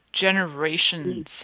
Generations